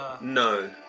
No